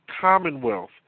commonwealth